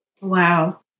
Wow